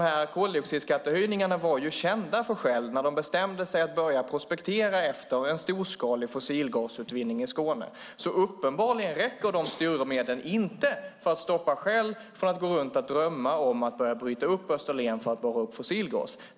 Koldioxidskattehöjningarna var kända för Shell när de bestämde sig för att börja prospektera för en storskalig fossilgasutvinning i Skåne. Uppenbarligen räcker inte dessa styrmedel för att stoppa Shell från att gå runt och drömma om att börja bryta upp Österlen för att borra upp fossilgas.